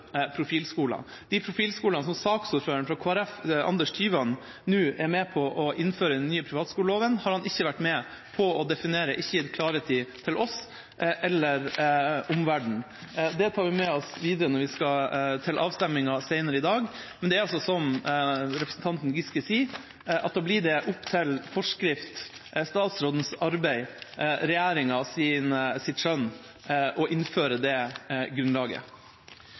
profilskolene. De profilskolene som saksordføreren fra Kristelig Folkeparti, Anders Tyvand, nå er med på å innføre i den nye privatskoleloven, har han ikke vært med på å definere og gitt klarhet i til oss, eller omverdenen. Det tar vi med oss videre når vi skal til avstemningen senere i dag, men det er altså sånn som representanten Giske sier, at da blir det opp til forskriften, statsrådens arbeid og regjeringas skjønn å innføre det grunnlaget.